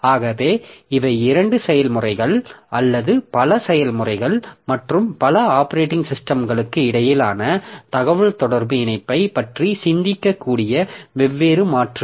ஆகவே இவை இரண்டு செயல்முறைகள் அல்லது பல செயல்முறைகள் மற்றும் பல ஆப்பரேட்டிங் சிஸ்டம்களுக்கு இடையிலான தகவல்தொடர்பு இணைப்பைப் பற்றி சிந்திக்கக்கூடிய வெவ்வேறு மாற்றுகள்